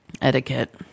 etiquette